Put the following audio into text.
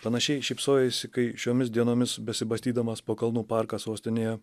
panašiai šypsojaisi kai šiomis dienomis besibastydamas po kalnų parką sostinėje